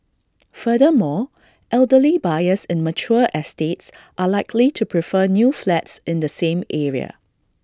furthermore elderly buyers in mature estates are likely to prefer new flats in the same area